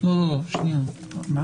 רשות דיבור יציין זאת בפנייה